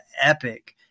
epic –